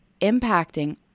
impacting